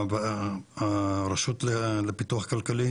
הרשות לפיתוח כלכלי?